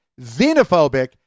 xenophobic